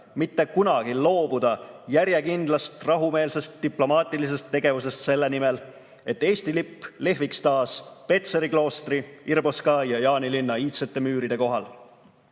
mitte kunagi loobuda järjekindlast rahumeelsest diplomaatilisest tegevusest selle nimel, et Eesti lipp lehviks taas Petseri kloostri, Irboska ja Jaanilinna iidsete müüride